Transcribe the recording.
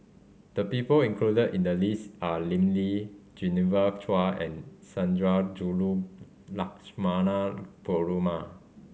the people included in the list are Lim Lee Genevieve Chua and Sundarajulu Lakshmana Perumal